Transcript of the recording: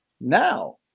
Now